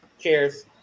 cheers